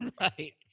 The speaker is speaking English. Right